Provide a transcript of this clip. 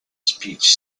speech